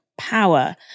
power